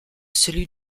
celui